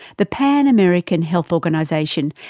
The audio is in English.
the pan american health organization,